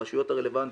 הרשויות הרלוונטיות,